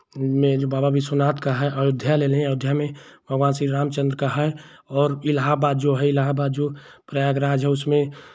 में जो बाबा विश्वनाथ का है अयोध्या ले लें अयोध्या में भगवान श्री रामचंद्र का है और इलाहाबाद जो है इलाहाबाद जो प्रयागराज है उसमें